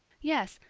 yes,